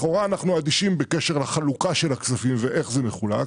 לכאורה אנחנו אדישים בקשר לחלוקה של הכספים ואיך זה יחולק,